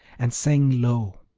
and sing low.